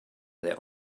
their